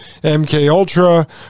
MKUltra